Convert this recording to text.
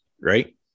right